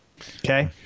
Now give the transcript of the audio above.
okay